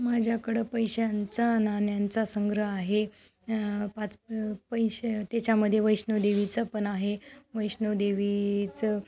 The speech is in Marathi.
माझ्याकडे पैशांचा नाण्यांचा संग्रह आहे पाच पैसे त्याच्यामध्ये वैष्णो देवीचे पण आहे वैष्णोदेवीचं